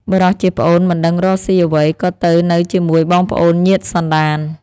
បុរសជាប្អូនមិនដឹងរកស៊ីអ្វី ក៏ទៅនៅជាមួយបងប្អូនញាតិសន្តាន។